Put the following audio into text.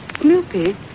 Snoopy